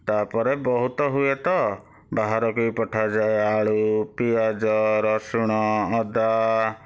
ତା'ପରେ ବହୁତ ହୁଏ ତ ବାହାରକୁ ବି ପଠାଯାଏ ଆଳୁ ପିଆଜ ରସୁଣ ଅଦା